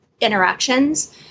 interactions